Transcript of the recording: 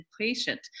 patient